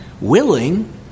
willing